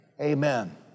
Amen